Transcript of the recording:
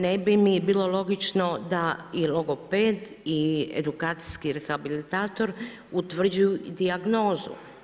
Ne bi mi bilo logično da i logoped edukacijski rehabilitator utvrđuju dijagnozu.